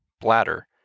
bladder